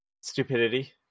Stupidity